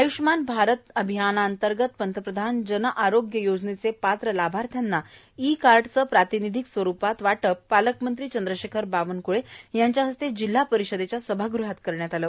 आय्ष्यमान भारत अभियानांतर्गत पंतप्रधान जन आरोग्य योजनेचे पात्र लाभार्थ्यांना ई कार्डचे प्रातिनिधीक स्वरुपात वाटप पालकमंत्री चंद्रशेखर बावनक्ळे यांच्या हस्ते जिल्हा परिषद सभाग़हात करण्यात आले